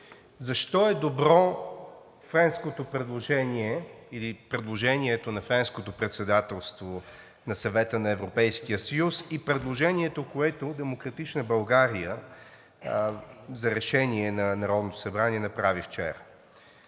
Защо е добро френското предложение, или предложението на Френското председателство на Съвета на Европейския съюз, и предложението, което „Демократична България“ за решение на Народното събрание направи вчера?